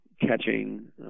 catching